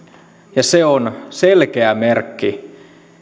ja se on selkeä merkki